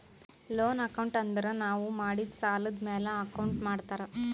loan account ಅಂದುರ್ ನಾವು ಮಾಡಿದ್ ಸಾಲದ್ ಮ್ಯಾಲ ಅಕೌಂಟ್ ಮಾಡ್ತಾರ್